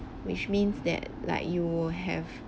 which means that like you will have